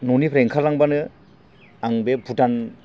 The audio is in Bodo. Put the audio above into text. न'निफ्राय ओंखारलांबानो आं बे भुटान